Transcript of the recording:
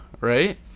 right